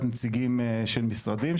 נציגים של משרדים,